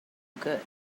good